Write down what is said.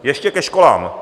Ještě ke školám.